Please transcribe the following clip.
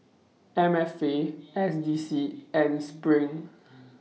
M F A S D C and SPRING